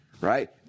Right